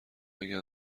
اگه